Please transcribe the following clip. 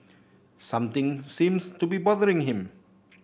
something seems to be bothering him